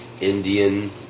Indian